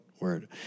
word